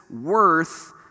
worth